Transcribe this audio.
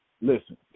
Listen